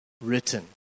written